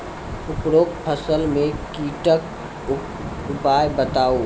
उपरोक्त फसल मे कीटक उपाय बताऊ?